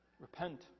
Repent